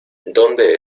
dónde